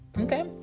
okay